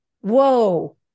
whoa